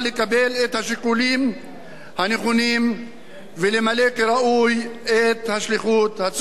את השיקולים הנכונים ולמלא כראוי את השליחות הציבורית.